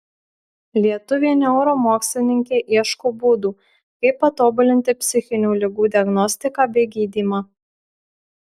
lietuvė neuromokslininkė ieško būdų kaip patobulinti psichinių ligų diagnostiką bei gydymą